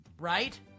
right